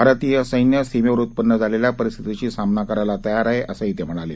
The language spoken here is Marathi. भारतीय सैन्य सीमेवर उत्पन्न झालेल्या परिस्थितीशी सामना करायला तयार आहे असंही ते म्हणाले